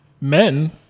men